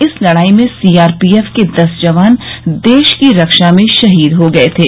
इस लड़ाई में सीआरपीएफ के दस जवान देश की रक्षा में शहीद हो गए थे